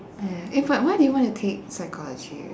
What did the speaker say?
ya eh but why do you want to take psychology